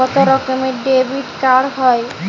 কত রকমের ডেবিটকার্ড হয়?